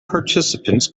participants